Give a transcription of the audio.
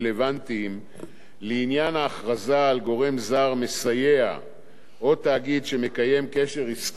לעניין ההכרזה על גורם זר מסייע או תאגיד שמקיים קשר עסקי עם אירן,